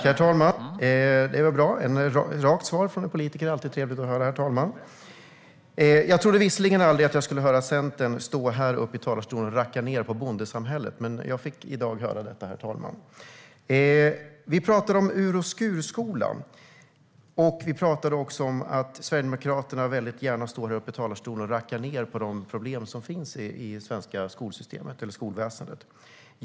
Herr talman! Det är bra. Ett rakt svar från en politiker är alltid trevligt att höra. Jag trodde aldrig att jag skulle höra Centern stå här i talarstolen och racka ned på bondesamhället, men jag fick i dag höra detta, herr talman. Det talades om I ur och skur-skolan. Det talades också om att Sverigedemokraterna väldigt gärna står i talarstolen och rackar ned på de problem som finns i det svenska skolväsendet.